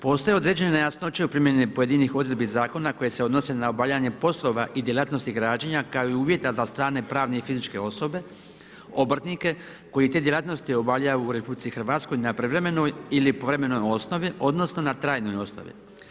Postoje određene nejasnoće u primjeni pojedinih odredbi zakona koje se odnose na obavljanje poslova i djelatnosti građenja kao i uvjeta za strane pravne i fizičke osobe, obrtnike koje te djelatnosti obavljaju u RH na prijevremenoj ili povremenoj osnovi odnosno na trajnoj osnovi.